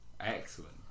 excellent